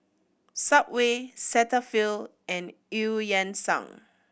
Subway Cetaphil and Eu Yan Sang